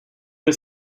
you